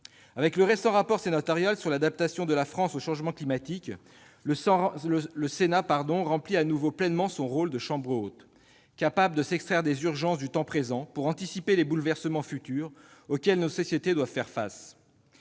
du récent rapport d'information sur l'adaptation de la France aux changements climatiques, le Sénat a rempli de nouveau pleinement son rôle de chambre haute, capable de s'extraire des urgences du temps présent pour anticiper les bouleversements auxquels nos sociétés devront faire face